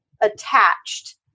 attached